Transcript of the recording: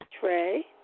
Trey